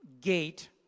gate